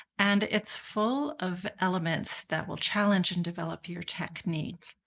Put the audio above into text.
and it's full of elements that will challenge and develop your technique.